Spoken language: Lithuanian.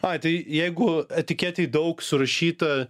ai tai jeigu etiketėj daug surašyta